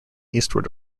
eastward